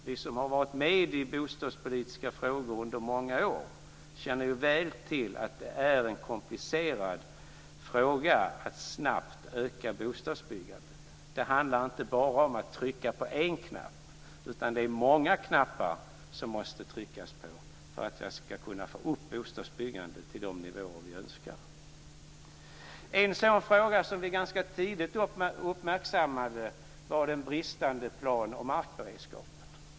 Vi som har arbetat med bostadspolitiska frågor under många år känner ju väl till att det är en komplicerad fråga att snabbt öka bostadsbyggandet. Det handlar inte bara om att trycka på en knapp, utan det är många knappar som vi måste trycka på för att vi ska kunna öka bostadsbyggandet till de nivåer som vi önskar. En sådan fråga som vi ganska tidigt uppmärksammade var den bristande plan och markberedskapen.